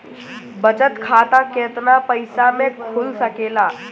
बचत खाता केतना पइसा मे खुल सकेला?